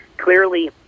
Clearly